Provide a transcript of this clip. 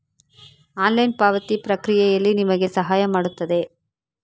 online ಪಾವತಿ ಪ್ರಕ್ರಿಯೆಯಲ್ಲಿ ನಿಮಗೆ ಸಹಾಯ ಮಾಡುತ್ತದೆ